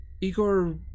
Igor